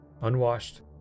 unwashed